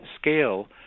scale